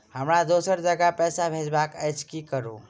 हमरा दोसर जगह पैसा भेजबाक अछि की करू?